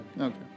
Okay